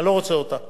לא רוצה אותה,